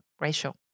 ratio